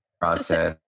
process